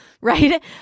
right